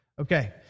Okay